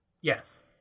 Yes